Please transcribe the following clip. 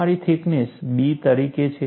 તમારી thickness B તરીકે છે